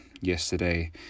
yesterday